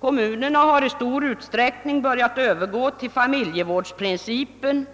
Kommunerna har i stor utsträckning börjat gå över till familjevårdsprincipen;